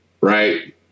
Right